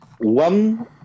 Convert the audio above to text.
One